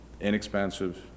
inexpensive